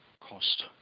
cost